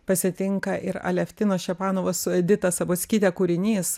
pasitinka ir aleftinos šepanovos su edita sabockyte kūrinys